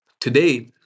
Today